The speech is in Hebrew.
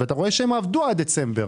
ואתה רואה שהם עבדו עד דצמבר,